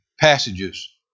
passages